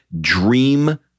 Dream